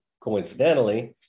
coincidentally